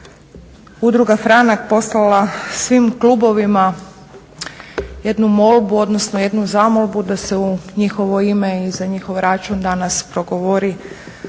Udruga "Franak" poslala svim klubovima jednu molbu, odnosno jednu zamolbu da se u njihovo ime i za njihov račun danas progovori